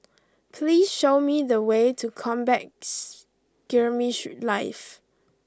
please show me the way to Combat Skirmish Live